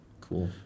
Cool